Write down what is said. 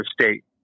state